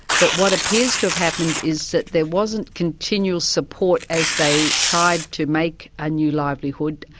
but what appears to have happened is that there wasn't continual support as they tried to make a new livelihood,